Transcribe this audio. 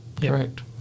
Correct